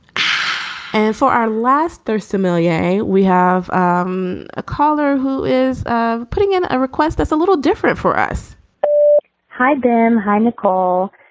and for our last there, somalia we have um a caller who is ah putting in a request that's a little different for us hi, ben. hi, nicole.